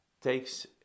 takes